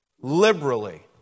Liberally